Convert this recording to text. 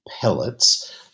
pellets